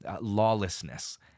lawlessness